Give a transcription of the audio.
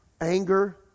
anger